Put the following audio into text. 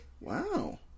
Wow